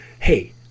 hey